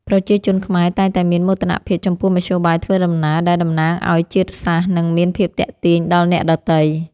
ប្រជាជនខ្មែរតែងតែមានមោទនភាពចំពោះមធ្យោបាយធ្វើដំណើរដែលតំណាងឱ្យជាតិសាសន៍និងមានភាពទាក់ទាញដល់អ្នកដទៃ។